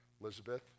Elizabeth